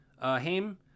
Haim